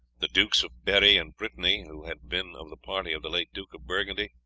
the dukes of berri and brittany, who had been of the party of the late duke of burgundy,